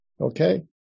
Okay